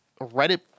Reddit